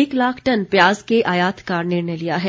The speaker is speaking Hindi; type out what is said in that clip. एक लाख टन प्याज के आयात का निर्णय लिया है